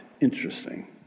Interesting